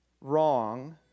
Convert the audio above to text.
wrong